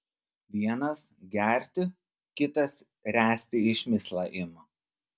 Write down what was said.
vienas gerti kitas ręsti išmislą ima